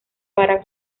para